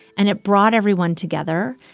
and it brought everyone together.